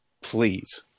Please